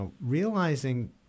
Realizing